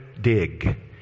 dig